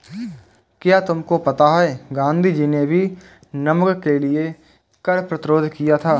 क्या तुमको पता है गांधी जी ने भी नमक के कर के लिए कर प्रतिरोध किया था